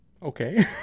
Okay